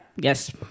Yes